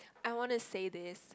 I wanna say this